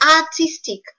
artistic